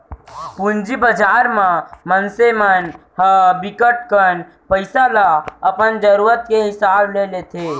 पूंजी बजार म मनसे मन ह बिकट कन पइसा ल अपन जरूरत के हिसाब ले लेथे